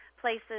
places